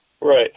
Right